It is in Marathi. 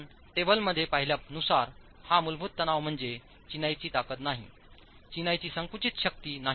आपण टेबलमध्ये पाहिल्यानुसार हा मूलभूत तणाव म्हणजे चिनाईची ताकद नाही चिनाईची संकुचित शक्ती नाही